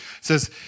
says